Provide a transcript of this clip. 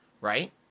Right